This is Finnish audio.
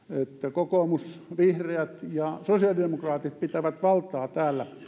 kokoomus vihreät ja sosiaalidemokraatit pitävät valtaa täällä